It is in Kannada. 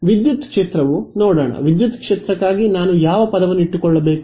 ವಿದ್ಯುತ್ ಕ್ಷೇತ್ರವು ನೋಡೋಣ ವಿದ್ಯುತ್ ಕ್ಷೇತ್ರಕ್ಕಾಗಿ ನಾನು ಯಾವ ಪದವನ್ನು ಇಟ್ಟುಕೊಳ್ಳಬೇಕು